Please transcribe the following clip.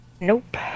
nope